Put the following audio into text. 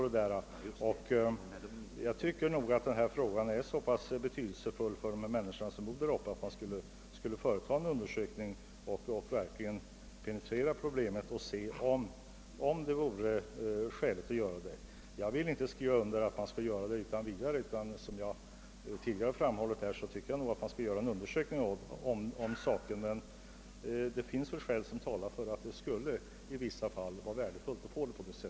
Denna fråga är så pass betydelsefull för de människor som bor där uppe att man borde företa en undersökning och verkligen penetrera problemet för att få fram om det kan bli större lönsamhet. Jag vill inte skriva under på om man utan vidare skall överföra mark, men som jag tidigare framhållit bör man göra en undersökning, ty det finns skäl som talar för att det i vissa fall skulle vara lönande.